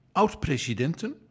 oud-presidenten